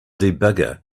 debugger